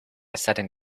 sudden